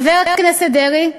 חבר הכנסת דרעי,